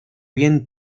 bien